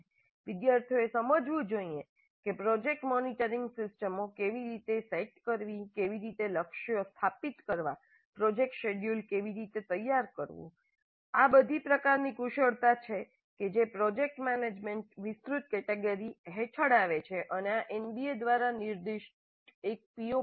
વિદ્યાર્થીઓએ સમજવું જોઇએ કે પ્રોજેક્ટ મોનિટરિંગ સિસ્ટમો કેવી રીતે સેટ કરવી કેવી રીતે લક્ષ્યો સ્થાપિત કરવા પ્રોજેક્ટ શેડ્યૂલ કેવી રીતે તૈયાર કરવું આ બધી પ્રકારની કુશળતા છે જે પ્રોજેક્ટ મેનેજમેન્ટની વિસ્તૃત કેટેગરી હેઠળ આવે છે અને આ એનબીએ દ્વારા નિર્દિષ્ટ એક પીઓ પણ છે